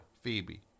Phoebe